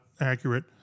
accurate